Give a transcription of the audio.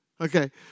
Okay